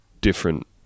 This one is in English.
different